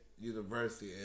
university